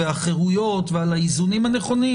החירויות והאיזונים הנכונים,